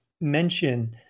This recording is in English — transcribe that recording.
mention